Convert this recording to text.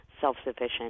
self-sufficient